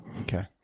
Okay